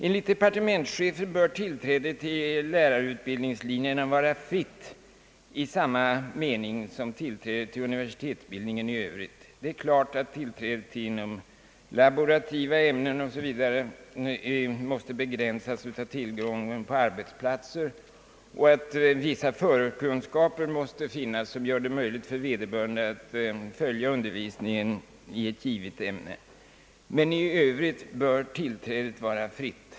Enligt departementschefen bör tillträdet till lärarutbildningslinjerna vara fritt i samma mening som tillträdet till universitetsutbildningen i Övrigt. Det är klart att tillträdet inom laborativa ämnen 0. s. v. måste begränsas av tillgången på arbetsplatser, liksom att vissa förkunskaper måste finnas som gör det möjligt för vederbörande att följa undervisningen i ett givet ämne. Men i övrigt bör tillträdet vara fritt.